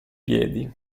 piedi